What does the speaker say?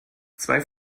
zwei